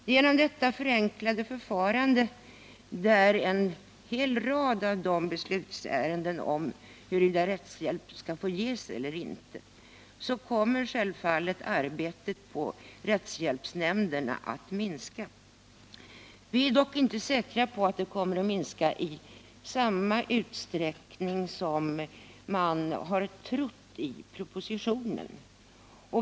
Genom det förenklade förfarandet i beslutsärenden om huruvida rättshjälp skall få ges eller inte kommer självfallet arbetet på rättshjälpsnämnderna att minska. Vi är dock inte säkra på att det kommer att minska i samma utsträckning som departementschefen förutsätter.